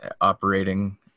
operating